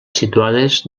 situades